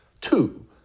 two